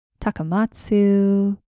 Takamatsu